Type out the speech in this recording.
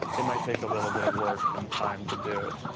it might take a little bit of work and time to do.